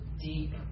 deep